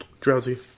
Drowsy